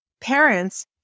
parents